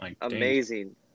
amazing